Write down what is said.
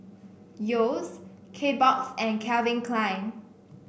Yeo's Kbox and Calvin Klein